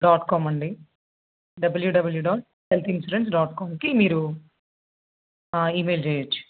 dot com అండి W W dot health insurance dot కామ్కి మీరు ఈమెయిల్ చెయ్యొచ్చు